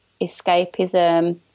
escapism